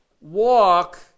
walk